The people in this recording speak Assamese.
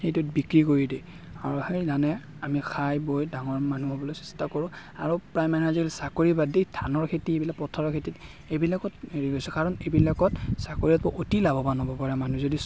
সেইটোত বিক্ৰী কৰি দিয়ে আৰু সেই ধানে আমি খাই বৈ ডাঙৰ মানুহ হ'বলৈ চেষ্টা কৰোঁ আৰু প্ৰায় মানুহে আজিকালি চাকৰি বাদ দি ধানৰ খেতি এইবিলাক পথাৰৰ খেতি এইবিলাকত হেৰি হৈছে কাৰণ এইবিলাকত চাকৰিতকৈ অতি লাভৱান হ'ব পাৰে মানুহ যদি